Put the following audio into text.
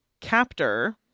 captor